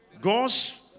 God's